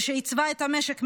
שעיצבה את המשק,